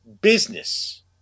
business